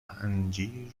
انجیر